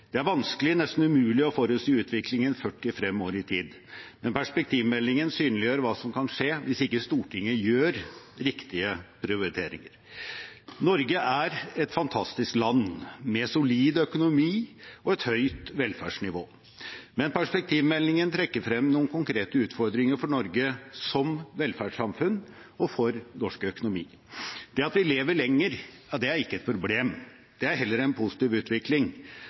Det er vanskelig, nesten umulig, å forutsi utviklingen 40 år frem i tid, men perspektivmeldingen synliggjør hva som kan skje hvis ikke Stortinget gjør riktige prioriteringer. Norge er et fantastisk land med solid økonomi og et høyt velferdsnivå. Men perspektivmeldingen trekker frem noen konkrete utfordringer for Norge som velferdssamfunn og for norsk økonomi. Det at vi lever lenger, er ikke et problem. Det er heller en positiv utvikling.